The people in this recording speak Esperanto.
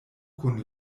kun